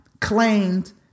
claimed